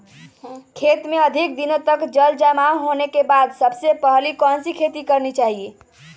खेत में अधिक दिनों तक जल जमाओ होने के बाद सबसे पहली कौन सी खेती करनी चाहिए?